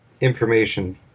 information